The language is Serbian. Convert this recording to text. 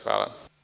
Hvala.